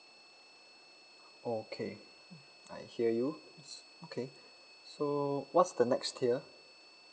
oh okay I hear you okay so what's the next tier